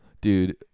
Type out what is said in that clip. Dude